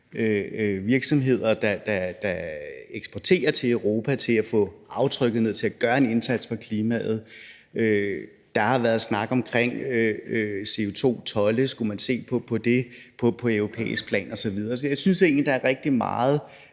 virksomheder, der eksporterer til Europa, til at få aftrykket ned, til at gøre en indsats for klimaet. Der har været snak om CO2-told, og om, at man skulle se på det på europæisk plan osv. Så jeg synes egentlig, der er rigtig meget